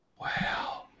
Wow